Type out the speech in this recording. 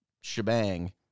shebang